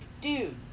dude